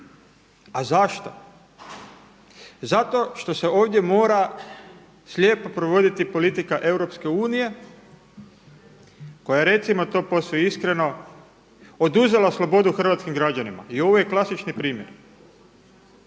A zašto? Zato što se ovdje mora slijepo provoditi politika EU koja recimo to posve iskreno, oduzela slobodu hrvatskim građanima i ovo je klasični primjer.